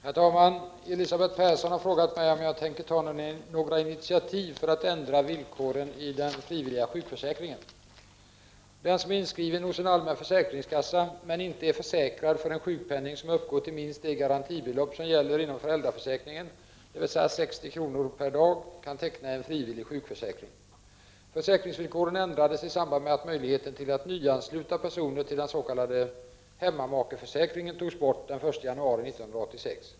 Herr talman! Elisabeth Persson har frågat mig om jag tänker ta några initiativ för att ändra villkoren i den frivilliga sjukförsäkringen. Den som är inskriven hos en allmän försäkringskassa, men inte är försäkrad för en sjukpenning som uppgår till minst det garantibelopp som gäller inom föräldraförsäkringen, dvs. 60 kr. per dag, kan teckna en frivillig sjukförsäkring. Försäkringsvillkoren ändrades i samband med att möjligheten till att nyansluta personer till den s.k. hemmamakeförsäkringen togs bort den 1 januari 1986.